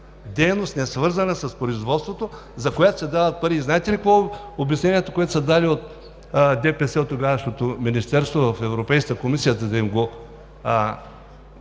„дейност, несвързана с производството“, за която се дават пари. Знаете ли какво е обяснението, което са дали от ДПС, от тогавашното министерство в Европейската комисия, за да им го